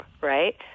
right